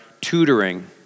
tutoring